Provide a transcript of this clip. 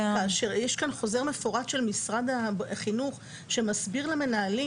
יש כאן חוזר מפורט של משרד החינוך שמסביר למנהלים.